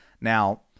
Now